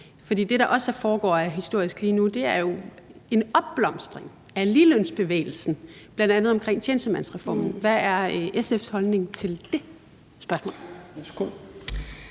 lige nu, og som er historisk, er jo en opblomstring af ligelønsbevægelsen, bl.a. omkring tjenestemandsreformen. Hvad er SF's holdning til det spørgsmål?